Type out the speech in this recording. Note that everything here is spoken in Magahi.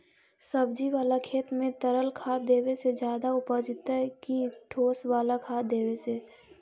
सब्जी बाला खेत में तरल खाद देवे से ज्यादा उपजतै कि ठोस वाला खाद देवे से?